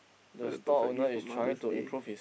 buy the perfect gift for Mother's-Day